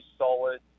solid